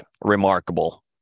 remarkable